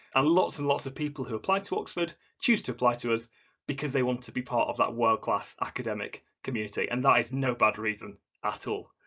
and lots and lots of people who apply to oxford choose to apply to us because they want to be part of that world-class academic community and that is you know bad reason at all.